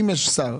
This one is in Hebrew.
אם יש שר,